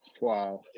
wow